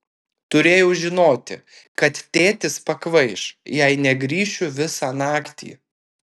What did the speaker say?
turėjau žinoti kad tėtis pakvaiš jei negrįšiu visą naktį